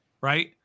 right